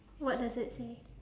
what does it say